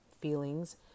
feelings